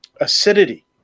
Acidity